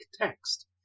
text